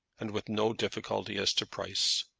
and with no difficulty as to price.